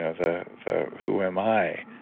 ah the the who am i,